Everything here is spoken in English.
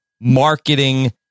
marketing